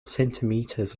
centimeters